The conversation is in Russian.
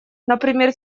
например